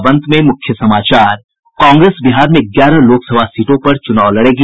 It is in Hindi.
और अब अंत में मुख्य समाचार कांग्रेस बिहार में ग्यारह लोकसभा सीटों पर चुनाव लड़ेगी